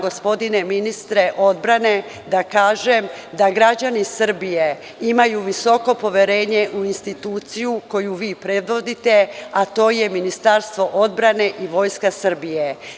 Gospodine ministre odbrane, moram da kažem da građani Srbije imaju visoko poverenje u instituciju koju vi predvodite, a to je Ministarstvo odbrane i Vojska Srbije.